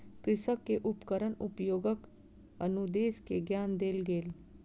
कृषक के उपकरण उपयोगक अनुदेश के ज्ञान देल गेल